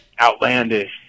outlandish